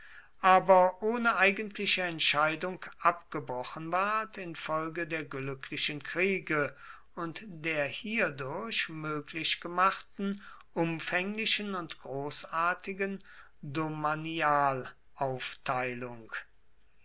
aber ohne eigentliche entscheidung abgebrochen ward infolge der glücklichen kriege und der hierdurch möglich gemachten umfänglichen und großartigen